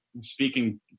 speaking